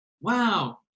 Wow